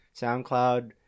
SoundCloud